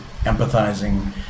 empathizing